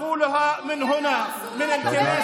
) אדוני